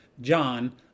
john